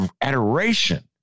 adoration